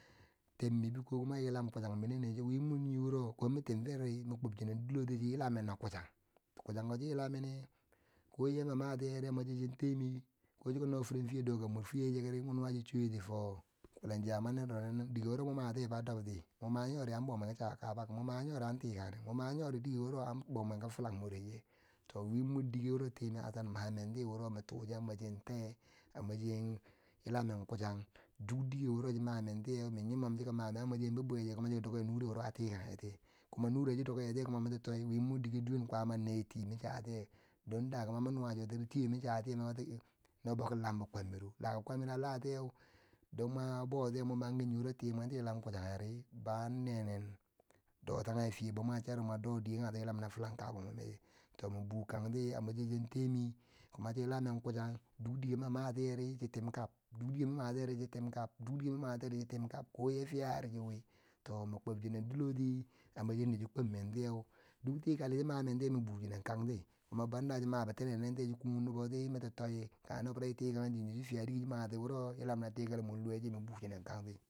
Tebmi bo ko kuma yilam kuchan mine neu wi mur yiwuro ko min tem feri mu kwob chinen diloti, shi yilamen na kuchank to kuchank ko choyila meneu ko ye ma matiyeri amacheyiche chin temiye ko shiki no firin fiyeh doka wmur fuye she ri mun nuwa shi soyeti fo kulen zamaniro nin dike wuro mun matiye fah dobti mun mayori an tikang nen mun mayori dike wo an bobwen ki filang mure she to mi mur diko wo temi hassan ma menti wuro min tuso a maseyin te amsheyin shin yilamen kuchang duk dikewo shi ma mentiye kuma nure shi duk yetiye kuma miki toi wi mur diki duwen kwama neye tii min cha tiye no ti in no bo ri lam bi kwanmiro la bikwan miro a latiye don ma bautiye mun mam yilo timun tiyeh namun kutagiri bo annenen dor tage fiya boma sherum bwa do dike kage tiyeh dike kage yilam na filan kabim mwarme to min bukanti a masheyi shin temi kuma shin yilamen kuhang duk dike ma matiyeri shitim kab duk dike ma matiyeri shi tim kam ko ye fiyayereri shin wi to min kwab shinen dilloti a masheyin yadda shi mshi kwab mentiye duk tikali shi ma mentiyau min bu shi nen kang ti kuma banda wo shi ma bi tinenenti shi kung niboti miki toi kage nubo biro shi tikang shi shi fiyah dike kage shi mati wo yilam na tikali mur luwe she min bushinen kakti.